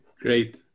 great